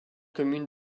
communes